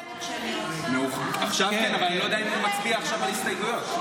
אם הוא מצביע עכשיו על הסתייגויות.